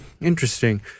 Interesting